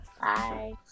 Bye